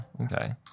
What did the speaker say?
okay